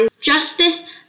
justice